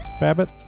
Babbitt